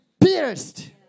pierced